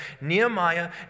Nehemiah